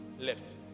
Left